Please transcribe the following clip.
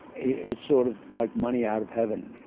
it's sort of like money out of heaven,